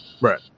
Right